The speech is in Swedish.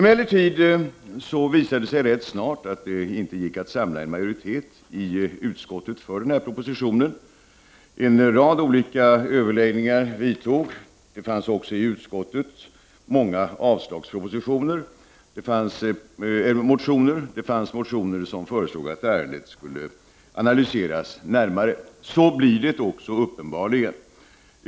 Det visade sig emellertid rätt snart att det inte gick att samla en majoritet i utskottet för denna proposition. En rad olika överläggningar vidtog. Utskottet behandlade också många motioner om avslag på propositionen och motioner med förslag om att ärendet skulle analyseras närmare. Så blir det uppenbarligen också.